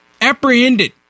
apprehended